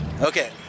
Okay